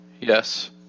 Yes